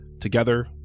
Together